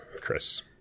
chris